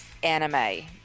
anime